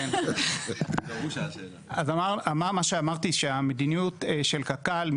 אמרתי שהמדיניות של קק"ל,